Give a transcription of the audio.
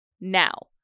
now